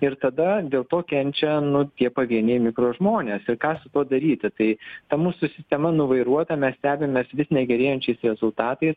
ir tada dėl to kenčia nu tie pavieniai mikro žmonės ir ką su tuo daryti tai ta mūsų sistema nuvairuota mes stebimės vis negerėjančiais rezultatais